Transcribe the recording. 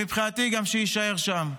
מבחינתי, שגם יישאר שם.